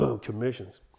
commissions